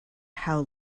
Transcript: how